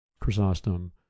chrysostom